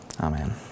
Amen